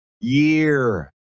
year